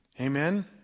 amen